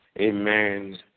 amen